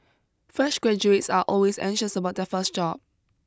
fresh graduates are always anxious about their first job